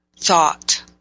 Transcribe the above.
thought